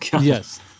Yes